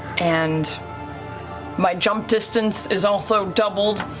and my jump distance is also doubled,